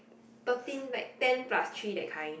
thirteen like ten plus three that kind